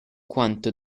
quanto